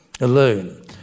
alone